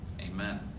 Amen